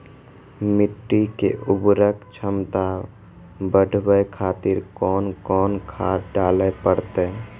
मिट्टी के उर्वरक छमता बढबय खातिर कोंन कोंन खाद डाले परतै?